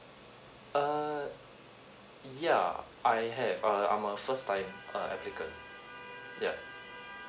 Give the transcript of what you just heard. err yeah I have uh I'm a first time err applicant yeah